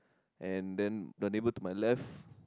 and then the neighbor to my left